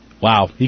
wow